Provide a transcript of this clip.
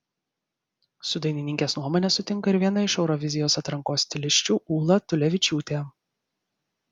su dainininkės nuomone sutinka ir viena iš eurovizijos atrankos stilisčių ūla tulevičiūtė